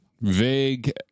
Vague